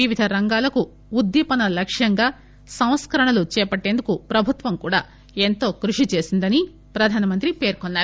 వివిధ రంగాలకు ఉద్దీపన లక్ష్యంగా సంస్కరణలు చేపట్టేందుకు ప్రభుత్వం కూడా ఎంతో కృషి చేసిందని ప్రధానమంత్రి అన్నారు